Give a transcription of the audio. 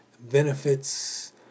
benefits